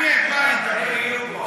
מעניין מה, אלה יהיו פה.